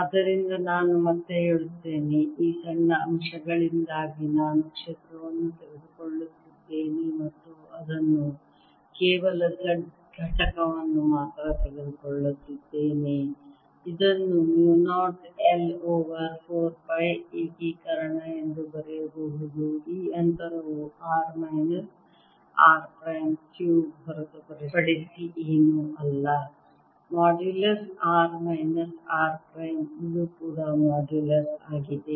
ಆದ್ದರಿಂದ ನಾನು ಮತ್ತೆ ಹೇಳುತ್ತೇನೆ ಈ ಸಣ್ಣ ಅಂಶಗಳಿಂದಾಗಿ ನಾನು ಕ್ಷೇತ್ರವನ್ನು ತೆಗೆದುಕೊಳ್ಳುತ್ತಿದ್ದೇನೆ ಮತ್ತು ಅದನ್ನು ಕೇವಲ z ಘಟಕವನ್ನು ಮಾತ್ರ ತೆಗೆದುಕೊಳ್ಳುತ್ತಿದ್ದೇನೆ ಇದನ್ನು mu 0 I ಓವರ್ 4 ಪೈ ಏಕೀಕರಣ ಎಂದು ಬರೆಯಬಹುದು ಈ ಅಂತರವು r minus r prime cube ಹೊರತುಪಡಿಸಿ ಏನೂ ಅಲ್ಲ modulus r minus r prime ಇದು ಕೂಡ ಮಾಡ್ಯುಲಸ್ ಆಗಿದೆ